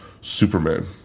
Superman